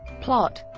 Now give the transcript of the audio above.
plot